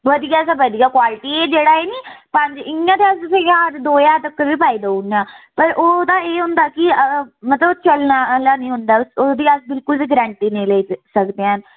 बधिया शा बधिया क्वालिटी एह् जेह्ड़ा ऐ निं पंज इ'यां ते अस तुसें ई ज्हार दो ज्हार तगर बी पाई देई ओड़ना पर ओह्दा एह् होंदा कि मतलब चलने आह्ला निं होंदा ऐ ओह्दी अस बिल्कुल बी गरैंटी लेई सकदे हैन